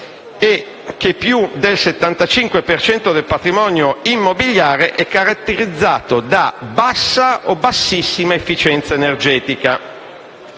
del 75 per cento del patrimonio immobiliare è caratterizzato da bassa o bassissima efficienza energetica.